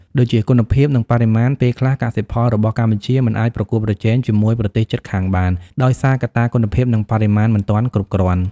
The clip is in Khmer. ដូចជា គុណភាព និងបរិមាណ ពេលខ្លះកសិផលរបស់កម្ពុជាមិនអាចប្រកួតប្រជែងជាមួយប្រទេសជិតខាងបាន ដោយសារកត្តាគុណភាព និងបរិមាណមិនទាន់គ្រប់គ្រាន់។